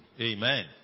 Amen